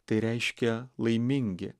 tai reiškia laimingi